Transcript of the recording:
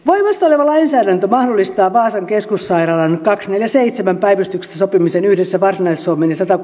voimassa oleva lainsäädäntö mahdollistaa vaasan keskussairaalan kaksikymmentäneljä kautta seitsemän päivystyksestä sopimisen yhdessä varsinais